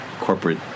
corporate